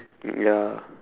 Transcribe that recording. mm ya